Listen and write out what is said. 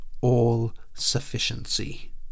all-sufficiency